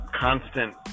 constant